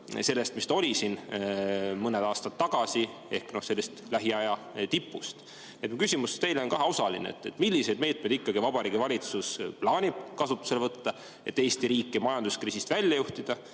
sellest, mis ta oli mõni aasta tagasi, lähiaja tipust. Mu küsimus teile on kaheosaline. Milliseid meetmeid ikkagi Vabariigi Valitsus plaanib kasutusele võtta, et Eesti riiki majanduskriisist välja juhtida?